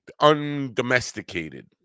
undomesticated